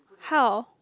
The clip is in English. how